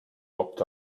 locked